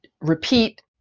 repeat